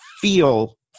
feel